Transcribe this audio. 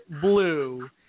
blue